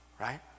right